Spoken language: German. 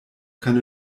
keine